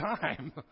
time